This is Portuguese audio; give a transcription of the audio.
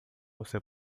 você